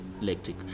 electric